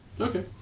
Okay